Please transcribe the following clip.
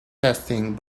testing